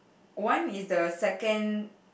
one is the second